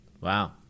Wow